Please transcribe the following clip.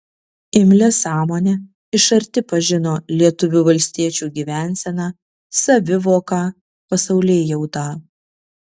imlia sąmone iš arti pažino lietuvių valstiečių gyvenseną savivoką pasaulėjautą